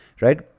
right